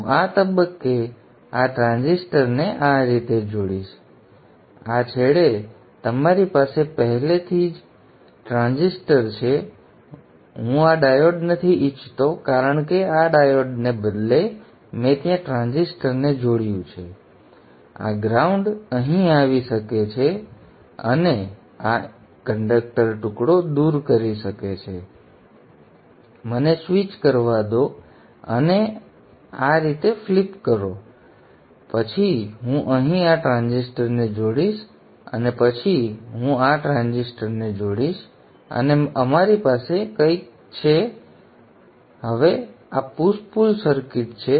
તેથી હું આ તબક્કે આ ટ્રાન્ઝિસ્ટર ને આ રીતે જોડીશ આ છેડે તમારી પાસે પહેલેથી જ ટ્રાન્ઝિસ્ટર છે હું આ ડાયોડ નથી ઇચ્છતો કારણ કે આ ડાયોડને બદલે મેં ત્યાં ટ્રાન્ઝિસ્ટરને જોડ્યું છે આ ગ્રાઉન્ડ અહીં આવી શકે છે અને આ કંડક્ટર ટુકડો દૂર કરી શકે છે અને આને દૂર કરવા દો અને મને સ્વિચ કરવા દો અને આને આ રીતે ફ્લિપ કરો અને પછી હું અહીં આ ટ્રાન્ઝિસ્ટરને જોડીશ અને પછી હું અહીં આ ટ્રાન્ઝિસ્ટરને જોડીશ અને અમારી પાસે કંઈક છે આની જેમ હવે આ પુશ પુલ સર્કિટ છે